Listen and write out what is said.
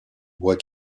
bois